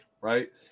right